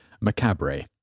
Macabre